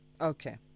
Okay